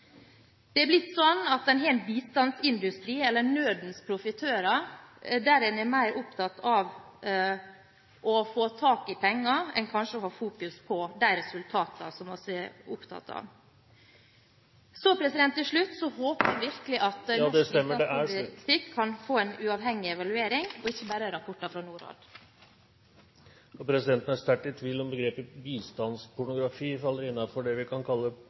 Det er blitt slik at en hel bistandsindustri – eller nødens profitører – er mer opptatt av å få tak i penger enn kanskje av å fokusere på de resultatene vi er opptatt av. Til slutt håper jeg virkelig norsk bistandspolitikk kan få en uavhengig evaluering, og ikke bare rapporter fra Norad. Presidenten er sterkt i tvil om begrepet «bistandspornografi» faller innenfor det en kan kalle